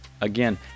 Again